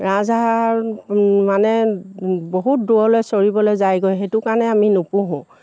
ৰাজহাঁহ মানে বহুত দূৰলৈ চৰিবলৈ যায়গৈ সেইটো কাৰণে আমি নুপোহোঁ